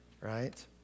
right